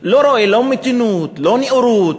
לא רואה לא מתינות, לא נאורות,